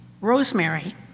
rosemary